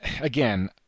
Again